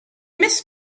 must